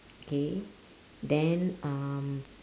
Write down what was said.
K then um